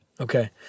Okay